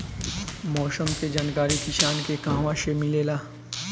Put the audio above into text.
मौसम के जानकारी किसान के कहवा से मिलेला?